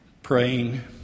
praying